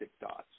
dots